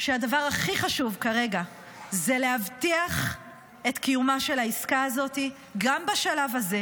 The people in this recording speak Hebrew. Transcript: שהדבר הכי חשוב כרגע הוא להבטיח את קיומה של העסקה הזאת גם בשלב הזה,